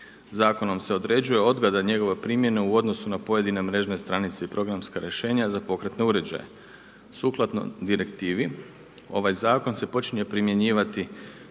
Zakonom se određuje odgoda njegove primjene u odnosu na pojedine mrežne stranice i programska rješenja za pokretne uređaje. Sukladno direktivi, ovaj zakon se počinje primjenjivati